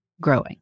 growing